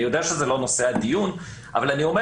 אני יודע שזה לא נושא הדיון אבל אני אומר